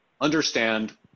understand